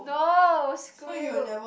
no screw you